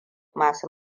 masu